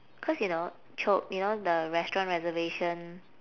cause you know chope you know the restaurant reservation